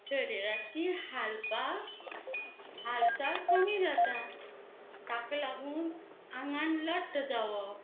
शरिराची हालपाक हालचाल कमी जाता ताका लागून आंगान लठ्ठ जावप